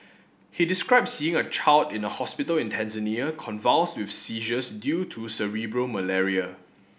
he described seeing a child in a hospital in Tanzania convulsed with seizures due to cerebral malaria